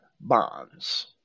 bonds